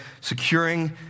Securing